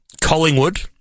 Collingwood